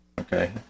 okay